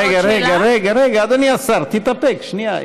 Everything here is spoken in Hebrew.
רגע, רגע, אדוני השר, תתאפק, שנייה.